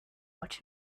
watch